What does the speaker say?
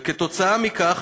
וכתוצאה מכך